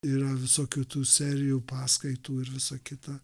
yra visokių tų serijų paskaitų ir visą kitą